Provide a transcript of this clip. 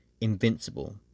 Invincible